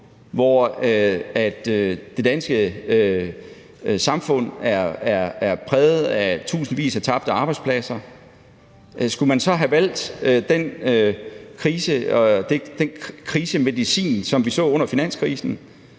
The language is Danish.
hvor det danske samfund er præget af tusindvis af tabte arbejdspladser? Skulle man så have valgt den krisemedicin, som vi så under finanskrisen,